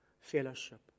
fellowship